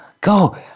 go